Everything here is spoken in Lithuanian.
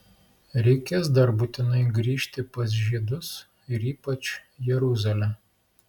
reikės dar būtinai grįžti pas žydus ir ypač jeruzalę